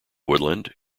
woodland